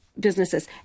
businesses